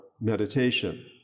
meditation